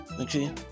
okay